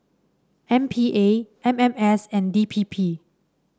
M P A M M S and D P P